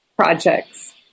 projects